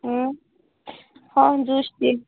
ଏଁ ହଁ ଜୁସ୍ ବି